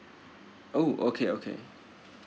oh okay okay